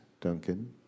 Duncan